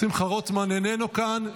שמחה רוטמן איננו כאן.